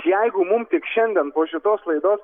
jeigu mum tik šiandien po šitos laidos